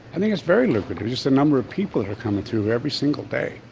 and think it's very lucrative just the number of people are coming through every single day,